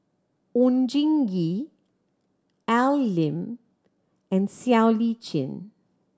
Oon Jin Gee Al Lim and Siow Lee Chin